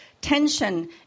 tension